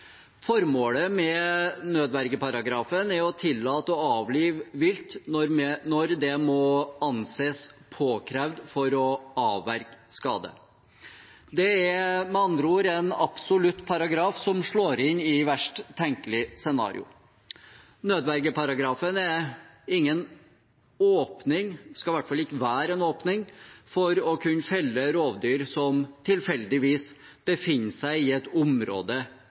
Formålet med nødvergeparagrafen er å tillate å avlive vilt når det må anses påkrevd for å avverge skade. Det er med andre ord en absolutt paragraf som slår inn i verst tenkelig scenario. Nødvergeparagrafen er ingen åpning – den skal i hvert fall ikke være det – for å kunne felle rovdyr som tilfeldigvis befinner seg i et område